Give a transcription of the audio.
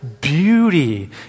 beauty